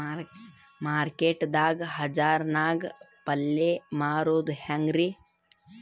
Market ದಾಗ್ ಹರಾಜ್ ನಾಗ್ ಪಲ್ಯ ಮಾರುದು ಹ್ಯಾಂಗ್ ರಿ?